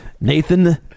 Nathan